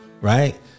Right